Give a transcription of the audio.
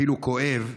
אפילו כואב ונפשע,